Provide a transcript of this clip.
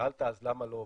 שאלת אז למה לא עוברים.